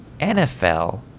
nfl